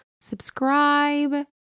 subscribe